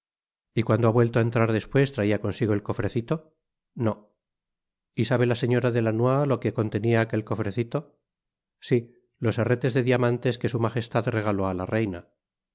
y cuando ha vuelto á entrar despues traia consigo el cofrecito m y sabe la señora de lannoy lo que contenia aquel cofrecito si los herretes de diamantes que su magestad regaló á la reina